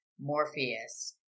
Morpheus